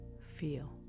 feel